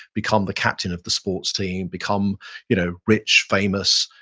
become the captain of the sports team, become you know rich, famous,